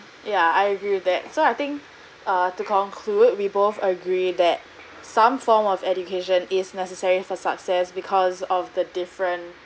yeah I agree with that so I think err to conclude we both agree that some form of education is necessary for success because of the different